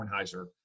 Kornheiser